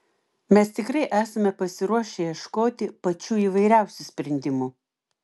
mes tikrai esame pasiruošę ieškoti pačių įvairiausių sprendimų